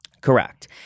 Correct